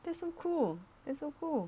that's so cool that's so cool